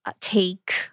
take